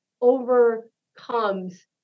overcomes